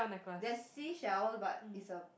there's seashells but it's a